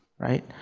right,